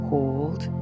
Hold